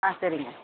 ஆ சரிங்க